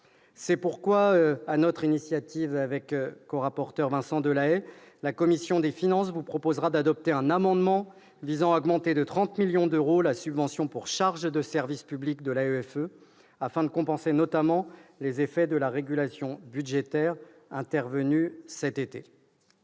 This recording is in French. C'est pourquoi, sur l'initiative de Vincent Delahaye et de moi-même, la commission des finances vous proposera d'adopter un amendement visant à augmenter de 30 millions d'euros la subvention pour charges de service public à l'AEFE afin de compenser, notamment, les effets de la régulation budgétaire intervenue cet été.